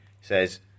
says